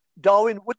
Darwin